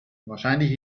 wahrscheinlich